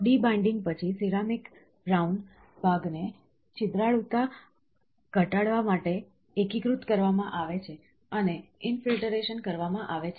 D binding પછી ceramic brown ભાગને છિદ્રાળુતા ઘટાડવા માટે એકીકૃત કરવામાં આવે છે અને ઈનફિલ્ટરેશન કરવામાં આવે છે